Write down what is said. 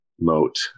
moat